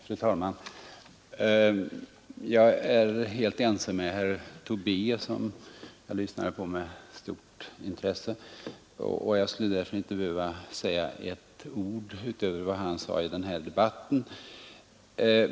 Fru talman! Jag är helt ense med herr Tobé, som jag lyssnade på med stort intresse, och jag skulle därför inte behöva säga ett enda ord utöver vad han yttrade i den här debatten.